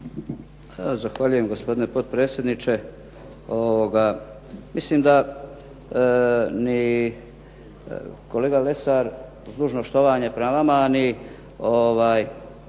Zahvaljujem gospodine potpredsjedniče. Mislim da ni kolega Lesar uz dužno štovanje prema vama, ni